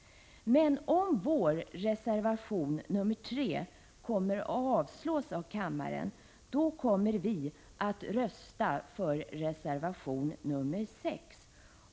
Om vår reservation nr 3 avslås av kammaren, kommer vi emellertid att rösta för reservation nr 6.